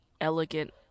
elegant